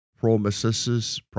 Promises